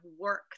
work